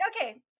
okay